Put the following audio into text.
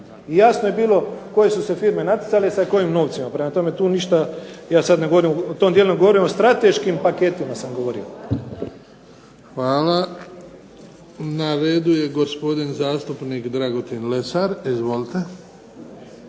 jasno je bilo koje su firme natjecale sa kojim novcima. Prema tome, tu ništa ja sad ne govorim o tom dijelu nego govorim o strateškim paketima sam govorio. **Bebić, Luka (HDZ)** Hvala. Na redu je gospodin zastupnik Dragutin Lesar. Izvolite.